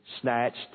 snatched